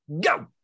go